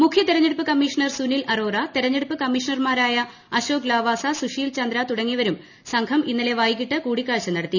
മുഖ്യ തെരഞ്ഞെടുപ്പ് കമ്മീഷണർ സുനിൽ അറോറ തെരഞ്ഞെടുപ്പ് കമ്മീഷണർമാരായ അശോക് ലാവാസ സുശീൽ ചന്ദ്ര തുടങ്ങിയവരുമായും സംഘം ഇന്നലെ വൈകിട്ട് കൂടിക്കാഴ്ച നടത്തി